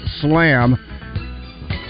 Slam